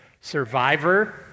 Survivor